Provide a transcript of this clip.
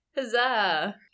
Huzzah